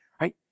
Right